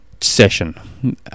session